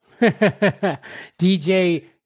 DJ